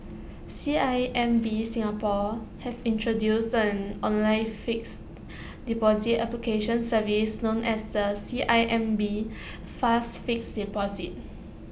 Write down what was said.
C I M B Singapore has introduced an online fixed deposit application service known as the C I M B fast fixed deposit